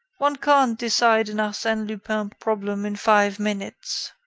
one can't decide an arsene lupin problem in five minutes.